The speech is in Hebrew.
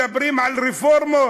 מדברים על רפורמות.